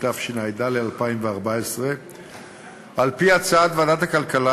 התשע"ד 2014. על-פי הצעת ועדת הכלכלה,